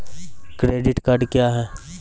Credit card क्या हैं?